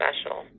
special